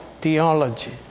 theology